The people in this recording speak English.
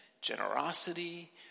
generosity